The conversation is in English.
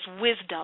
wisdom